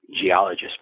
geologist